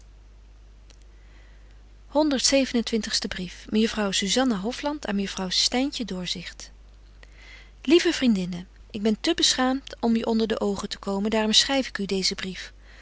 mejuffrouw zuzanna hofland aan mejuffrouw styntje doorzicht lieve vriendinne ik ben te beschaamt om je onder de oogen te komen daarom schryf ik u deezen brief